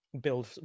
build